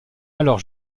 alors